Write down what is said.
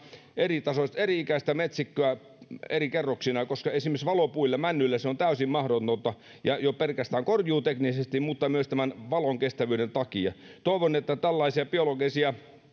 eri ikäistä metsikköä eri kerroksina koska esimerkiksi valopuilla männyillä se on täysin mahdotonta jo pelkästään korjuuteknisesti mutta myös valonkestävyyden takia toivon että tällaisia